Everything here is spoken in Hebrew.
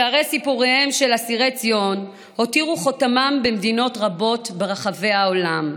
שהרי סיפוריהם של אסירי ציון הותירו חותמם במדינות רבות ברחבי העולם.